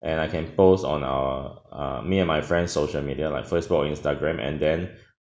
and I can post on our uh me and my friend's social media like facebook and instagram and then